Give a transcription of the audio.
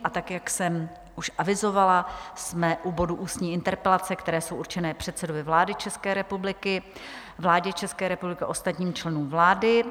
A tak, jak jsem už avizovala, jsme u bodu ústní interpelace, které jsou určené předsedovi vlády České republiky, vládě České republiky a ostatním členům vlády.